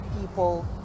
people